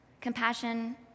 Compassion